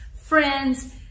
friends